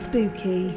Spooky